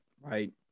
Right